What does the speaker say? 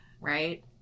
Right